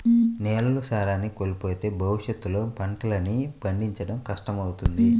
నేలలు సారాన్ని కోల్పోతే భవిష్యత్తులో పంటల్ని పండించడం కష్టమవుతుంది